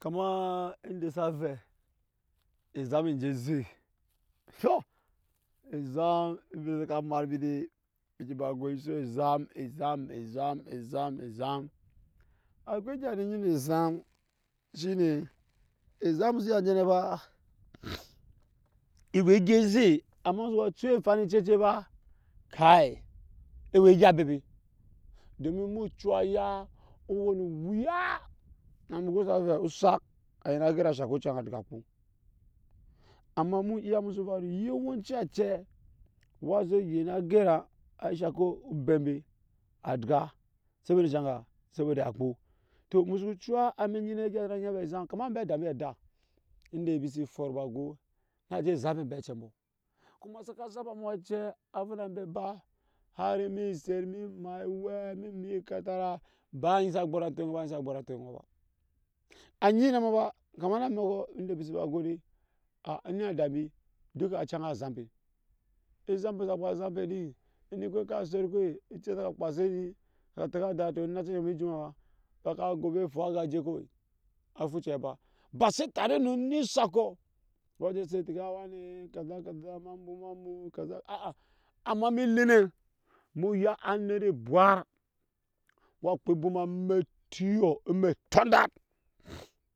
Kamaa ende sa vɛ ezam enje eze fyei ezam nje saka mat mbi dee, mbi ke ba go ensok ezam ezam ezam ezam ezam akwai egya nu onyi nu ezam shine ezam nusu ya nje no ba ewe egya eze amma musu ku ciya efan cecet fai kaii ewe egya ebebe domi no ocuk a yaa owe nu owuyaaa na mu go sa vɛ osak yen a geraŋ a shaŋke oceda a gya kpo amma mu iya musu ya oyɔwenci acɛ wa ze yen ageraŋ a shaŋke obe mbe agya sobo de enshe aga sobode a kpo to musu ku ciyta amɛk, nyi ne egya sana ve ewe ezam kama ambe adan nde mbisi fɔt ba go naje zabe mbe acɛ a fu na mbe a ba har mi set mi mat. awɛ mi ma ekatara banza gboratɔ banza gboratɔ nga wa anyi ne ma ba kama na amɛk ende mbi si ba go de a eni ada mbi duka acɛocampe ezampe sa ba azampe din ocɛk a kpase ni a teke asa ai onacɛ awe ne ejut ma ba se ka go ovɛ efu aga a je kewe a fu ocɛ a ba ba se tare nu eni osaku wa je set teke aa wani kaza kaza ema ebwoma kaza aa amma de ele ne nuya anet ebwat wa kpaa ebwoma amɛ ekyɔɔ emɛ etɔndat